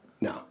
No